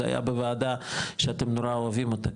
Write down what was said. זה היה בוועדה שאתם נורא אוהבים אותה,